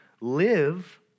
live